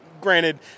granted